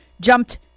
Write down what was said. jumped